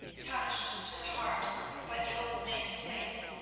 touched to the heart by the old man's faith,